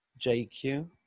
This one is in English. JQ